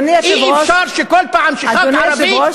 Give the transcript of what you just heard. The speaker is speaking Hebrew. אדוני היושב-ראש,